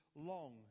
long